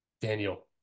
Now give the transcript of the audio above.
Daniel